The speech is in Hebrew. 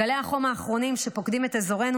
גלי החום האחרונים שפוקדים את אזורנו